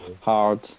hard